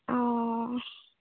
অঁ